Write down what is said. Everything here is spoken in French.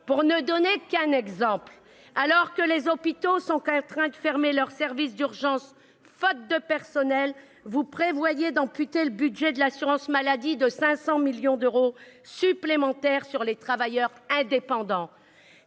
Pour ne donner qu'un exemple, alors que les hôpitaux sont contraints de fermer leurs services d'urgences faute de personnels, vous prévoyez d'amputer le budget de l'assurance maladie de 500 millions d'euros supplémentaires sur le dos des travailleurs indépendants.